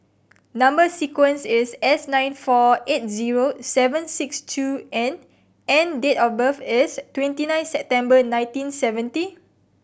number sequence is S nine four eight zero seven six two N and date of birth is twenty nine September nineteen seventy